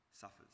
suffers